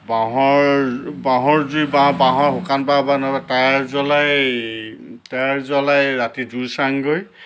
বাঁহৰ বাঁহৰ জুই বাওঁ বাঁহৰ শুকান বাঁহ বা নহ'লে টায়াৰ জ্বলাই টায়াৰ জ্বলাই ৰাতি জোৰ চাওঁগৈ